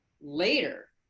later